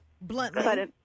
bluntly